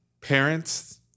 parents